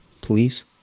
please